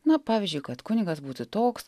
na pavyzdžiui kad kunigas būtų toks